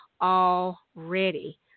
already